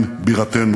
גנדי.